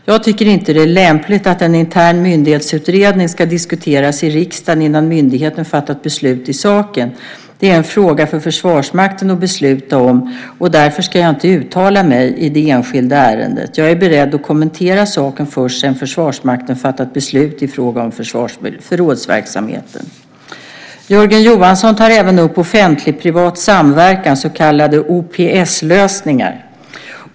Jag tycker inte att det är lämpligt att en intern myndighetsutredning ska diskuteras i riksdagen innan myndigheten har fattat beslut i saken. Det är en fråga för Försvarsmakten att besluta om och därför ska jag inte uttala mig i det enskilda ärendet. Jag är beredd att kommentera saken först sedan Försvarsmakten fattat beslut i fråga om förrådsverksamheten. Jörgen Johansson tar även upp offentlig-privat samverkan, så kallade OPS-lösningar.